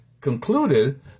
concluded